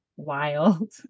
Wild